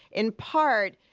in part,